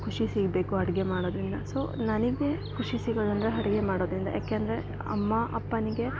ಖುಷಿ ಸಿಗಬೇಕು ಅಡಿಗೆ ಮಾಡೋದ್ರಿಂದ ಸೋ ನನಗೆ ಖುಷಿ ಸಿಗೋದಂದ್ರೆ ಅಡ್ಗೆ ಮಾಡೋದ್ರಿಂದ ಯಾಕೆ ಅಂದರೆ ಅಮ್ಮ ಅಪ್ಪನಿಗೆ